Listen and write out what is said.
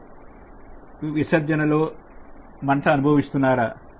మూత్ర విసర్జన సమయంలో మంట అనుభవిస్తున్నా రా